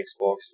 Xbox